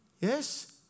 Yes